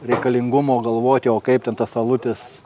reikalingumo galvoti o kaip ten tas alutis